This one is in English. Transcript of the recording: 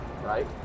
right